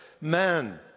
man